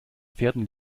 pferden